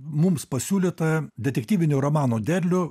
mums pasiūlytą detektyvinių romanų derlių